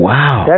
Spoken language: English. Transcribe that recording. Wow